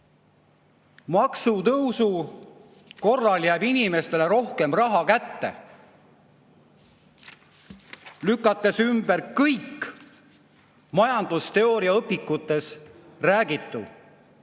maksutõusu korral jääb inimestele rohkem raha kätte, lükates ümber kõik majandusteooria õpikutes räägitu.